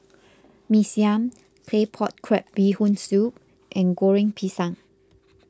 Mee Siam Claypot Crab Bee Hoon Soup and Goreng Pisang